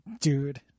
dude